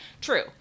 True